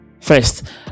first